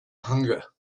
hunger